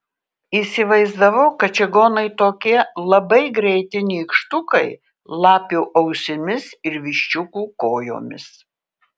įsivaizdavau kad čigonai tokie labai greiti nykštukai lapių ausimis ir viščiukų kojomis